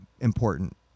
important